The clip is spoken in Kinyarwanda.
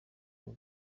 urwo